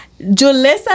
Julissa